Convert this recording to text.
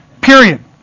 Period